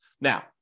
Now